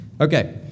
Okay